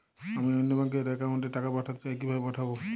আমি অন্য ব্যাংক র অ্যাকাউন্ট এ টাকা পাঠাতে চাই কিভাবে পাঠাবো?